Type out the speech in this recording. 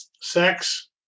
sex